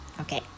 Okay